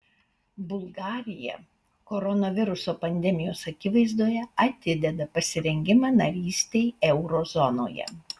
bulgarija koronaviruso pandemijos akivaizdoje atideda pasirengimą narystei euro zonoje